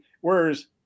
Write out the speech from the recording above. whereas